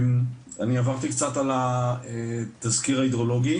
אני עברתי קצת על התסקיר ההידרולוגי